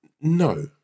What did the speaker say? No